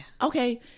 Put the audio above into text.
Okay